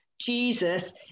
Jesus